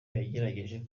yagerageje